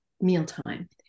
mealtime